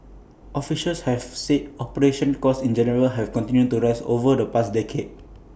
officials have said operational costs in general have continued to rise over the past decade